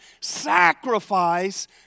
sacrifice